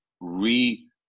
re